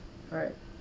alright